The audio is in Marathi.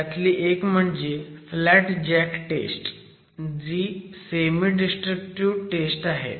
त्यातली एक म्हणजे फ्लॅट जॅक टेस्ट जी सेमी डिस्ट्रक्टिव्ह टेस्ट आहे